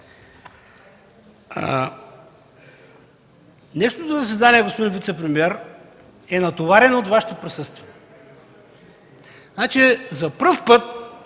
Днешното заседание, господин вицепремиер, е натоварено от Вашето присъствие. За пръв път